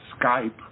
Skype